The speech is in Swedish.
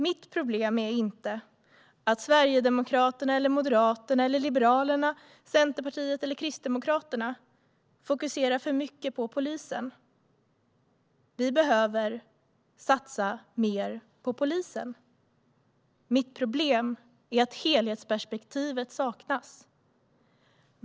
Mitt problem är inte att Sverigedemokraterna, Moderaterna, Liberalerna, Centerpartiet eller Kristdemokraterna fokuserar för mycket på polisen. Vi behöver satsa mer på polisen. Mitt problem är att helhetsperspektivet saknas.